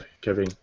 Kevin